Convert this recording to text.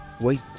Wait